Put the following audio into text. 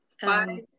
Five